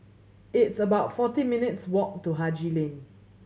it's about forty minutes' walk to Haji Lane